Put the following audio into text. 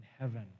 heaven